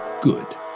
Good